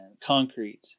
concrete